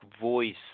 voice